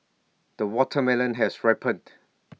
the watermelon has ripened